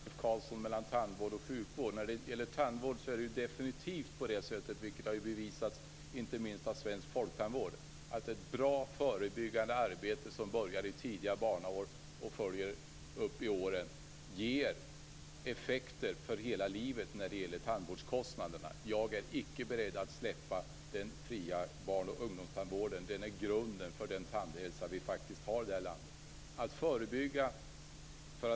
Fru talman! Det är en viss skillnad mellan tandvård och sjukvård. När det gäller tandvård är det definitivt på det sättet, vilket har bevisats inte minst av svensk folktandvård, att ett bra förebyggande arbete som börjar i tidiga barnaår och följer upp i åren ger effekter för hela livet vad gäller tandvårdskostnaderna. Jag är icke beredd att släppa den fria barn och ungdomstandvården. Det är grunden för den tandhälsa som vi faktiskt har i det här landet.